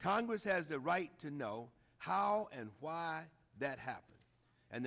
congress has a right to know how and why that happened and